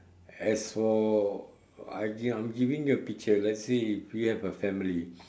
as for I give I'm giving a picture let's say if you have a family